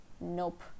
Nope